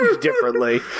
differently